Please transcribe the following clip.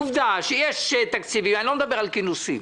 בעובדה שיש תקציבים אני לא מדבר על כינוסים,